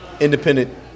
independent –